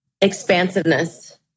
Expansiveness